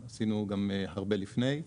עשינו גם הרבה לפני.